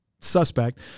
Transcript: suspect